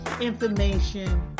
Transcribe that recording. information